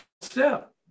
step